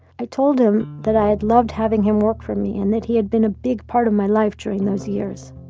i told him that i had loved having him work for me, and that he had been a big part of my life during those years,